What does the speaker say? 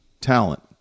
Talent